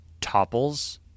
topples